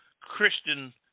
Christian